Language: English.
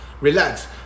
relax